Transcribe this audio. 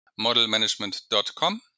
modelmanagement.com